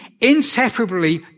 inseparably